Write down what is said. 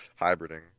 hybriding